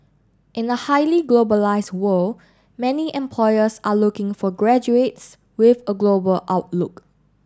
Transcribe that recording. in a highly globalised world many employers are looking for graduates with a global outlook